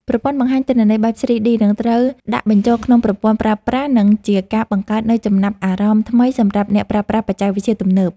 ប្រព័ន្ធបង្ហាញទិន្នន័យបែប ស្រ៊ី-ឌី នឹងត្រូវដាក់បញ្ចូលក្នុងប្រព័ន្ធប្រើប្រាស់ និង ជាការបង្កើតនូវចំណាប់អារម្មណ៍ថ្មីសម្រាប់អ្នកប្រើប្រាស់បច្ចេកវិទ្យាទំនើប។